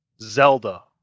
Zelda